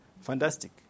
Fantastic